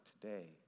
today